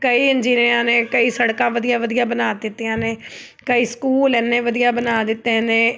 ਕਈ ਇੰਜੀਨੀਅਰਾਂ ਨੇ ਕਈ ਸੜਕਾਂ ਵਧੀਆ ਵਧੀਆ ਬਣਾ ਦਿੱਤੀਆਂ ਨੇ ਕਈ ਸਕੂਲ ਇੰਨੇ ਵਧੀਆ ਬਣਾ ਦਿੱਤੇ ਨੇ